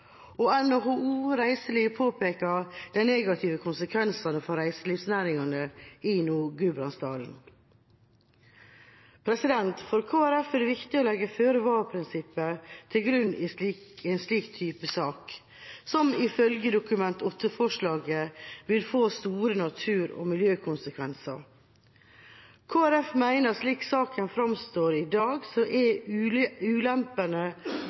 og NHO Reiseliv påpeker de negative konsekvensene for reiselivsnæringene i Nord-Gudbrandsdalen. For Kristelig Folkeparti er det viktig å legge føre-var-prinsippet til grunn i en slik type sak, som ifølge Dokument 8-forslaget vil få store natur- og miljøkonsekvenser. Kristelig Folkeparti mener at slik saken framstår i dag, er ulempene